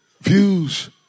views